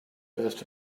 best